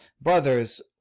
brother's